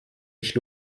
ich